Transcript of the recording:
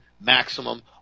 maximum